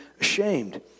ashamed